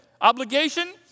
obligation